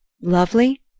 Lovely